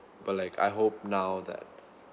but like I hope now that